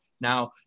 Now